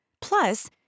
Plus